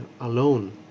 alone